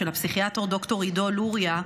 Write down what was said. של הפסיכיאטר ד"ר עידו לוריא,